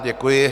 Děkuji.